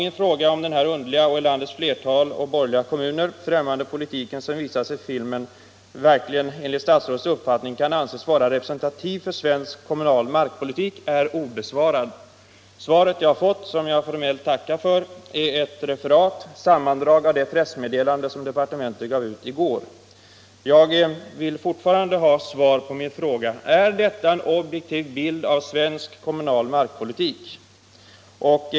Min fråga, om den underliga och för landets flesta och borgerliga kommuner främmande politik som visas i filmen verkligen enligt statsrådets uppfattning kan anses vara representativ för svensk kommunal markpolitik, är obesvarad. Svaret som jag har fått, som jag formellt tackar för, är ett sammandrag av ett pressmeddelande som departementet gav ut i går. Jag vill fortfarande ha svar på min fråga: Är detta en objektiv bild av svensk kommunal markpolitik?